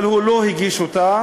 אבל הוא לא הגיש אותה.